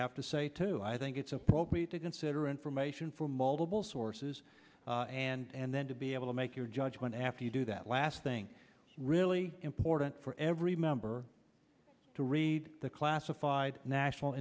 to say to i think it's appropriate to consider information from multiple sources and then to be able to make your judgment after you do that last thing really important for every member to read the classified national